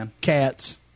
cats